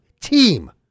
team